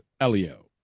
Elio